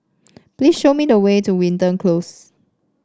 please show me the way to Wilton Close